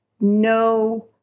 no